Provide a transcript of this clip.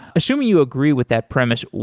assume you agree with that premise,